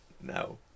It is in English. no